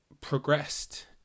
progressed